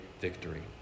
victory